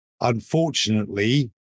Unfortunately